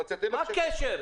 מה הקשר?